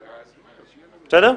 בסדר?